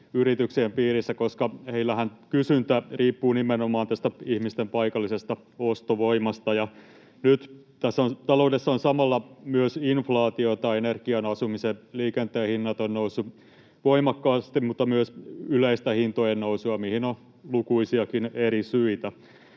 yrityksien piirissä, koska heillähän kysyntä riippuu nimenomaan ihmisten paikallisesta ostovoimasta. Nyt taloudessa on samalla inflaatiota — energian, asumisen, liikenteen hinnat ovat nousseet voimakkaasti — mutta myös yleistä hintojen nousua, mihin on lukuisiakin eri syitä.